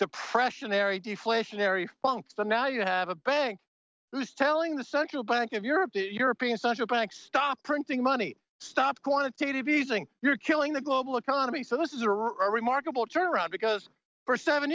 depressionary deflationary well so now you have a bank who's telling the central bank of europe the european central banks stop printing money stop quantitative easing you're killing the global economy so this is a remarkable turnaround because for seven